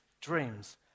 dreams